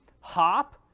hop